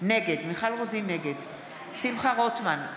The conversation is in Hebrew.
נגד שמחה רוטמן,